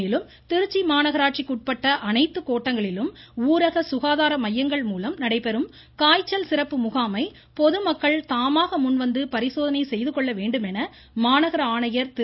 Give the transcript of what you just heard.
மேலும் திருச்சி மாநகராட்சிக்கு உட்பட்ட அனைத்துக் கோட்டங்களிலும் ஊரக சுகாதார மையங்கள் மூலம் நடைபெறும் காய்ச்சல் சிறப்பு முகாமை பொதுமக்கள் தாமாக முன்வந்து பரிசோதனை செய்துகொள்ள வேண்டுமென மாநகர ஆணையர் திரு